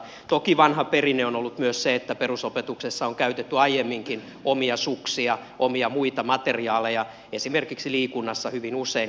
toki vanha perinne on ollut myös se että perusopetuksessa on käytetty aiemminkin omia suksia omia muita materiaaleja esimerkiksi liikunnassa hyvin usein